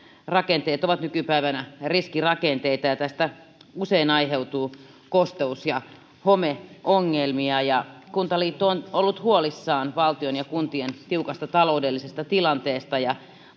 rakenteet on nykypäivänä riskirakenteita ja tästä usein aiheutuu kosteus ja homeongelmia kuntaliitto on ollut huolissaan valtion ja kuntien tiukasta taloudellisesta tilanteesta ja